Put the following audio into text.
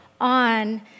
on